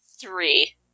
Three